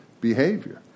behavior